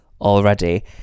already